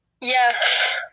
Yes